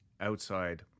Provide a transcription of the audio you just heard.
outside